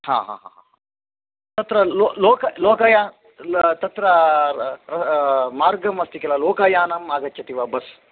हा हा हा हा तत्र लोक लोकयानं तत्र मार्गमस्ति किल लोकयानम् आगच्छति वा बस्